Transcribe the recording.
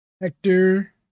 Hector